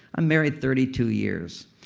i'm married thirty two years.